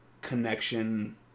connection